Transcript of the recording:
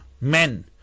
men